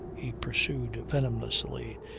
he pursued venomously,